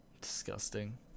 Disgusting